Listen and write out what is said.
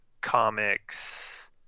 comics